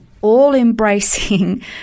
all-embracing